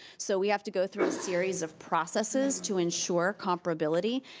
so we have to go through a series of processes to ensure comparability,